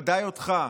בוודאי אותך,